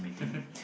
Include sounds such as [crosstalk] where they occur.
[laughs]